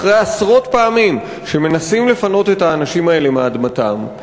אחרי עשרות פעמים שמנסים לפנות את האנשים האלה מאדמתם,